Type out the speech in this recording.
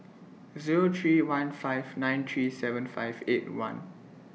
Zero three one five nine three seven five eight one